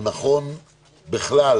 הוא נכון בכלל